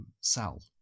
Cell